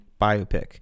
biopic